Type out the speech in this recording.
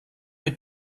mit